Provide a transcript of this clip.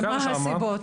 מהן הסיבות?